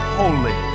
holy